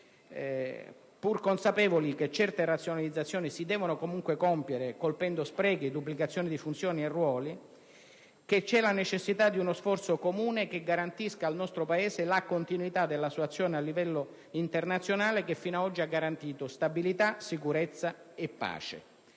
pur consapevoli che certe razionalizzazioni si debbano compiere colpendo sprechi, duplicazioni di funzioni e ruoli, vi è la necessità di uno sforzo comune per garantire al nostro Paese la continuità della sua azione a livello internazionale tutelando ciò che le Forze armate fino ad oggi hanno garantito: stabilità, sicurezza e pace.